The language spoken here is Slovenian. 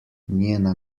njena